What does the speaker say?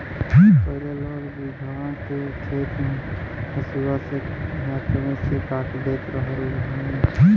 पहिले लोग बीघहा के खेत हंसुआ से हाथवे से काट देत रहल हवे